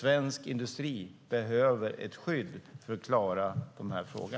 Svensk industri behöver ett skydd för att klara denna fråga.